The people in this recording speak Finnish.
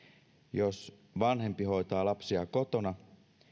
jos vanhempi hoitaa lapsia kotona